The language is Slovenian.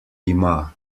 ima